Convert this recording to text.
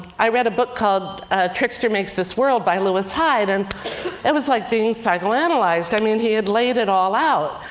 i read a book called trickster makes this world, by lewis hyde. and it was like being psychoanalyzed. i mean he had laid it all out.